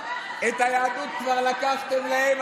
את היהדות כבר לקחתם להם,